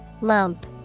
Lump